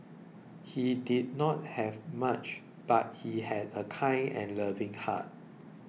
he did not have much but he had a kind and loving heart